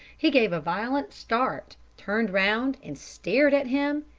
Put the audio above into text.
he gave a violent start, turned round and stared at him,